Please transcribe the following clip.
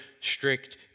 strict